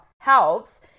helps